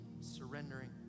surrendering